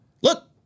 look